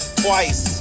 Twice